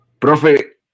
Profe